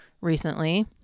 recently